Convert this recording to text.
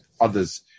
others